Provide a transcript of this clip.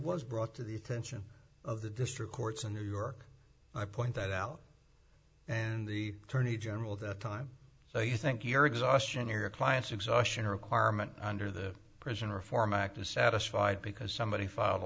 was brought to the attention of the district courts in new york i pointed out and the attorney general that time so you think you're exhaustion in your client's exhaustion requirement under the prison reform act is satisfied because somebody filed a